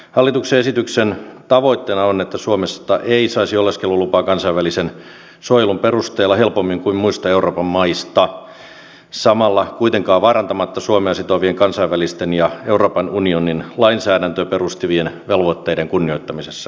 hallituksen esityksen tavoitteena on että suomesta ei saisi oleskelulupaa kansainvälisen suojelun perusteella helpommin kuin muista euroopan maista samalla kuitenkaan vaarantamatta suomea sitovien kansainvälisten ja euroopan unionin lainsäädäntöön perustuvien velvoitteiden kunnioittamista